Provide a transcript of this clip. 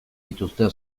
dituzte